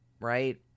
right